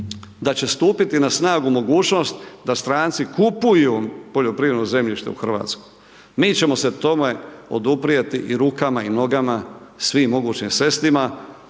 da će stupiti na snagu mogućnost da stranci kupuju poljoprivredno zemljište u Hrvatskoj. Mi ćemo se tome oduprijeti i rukama i nogama, svim mogućim sredstvima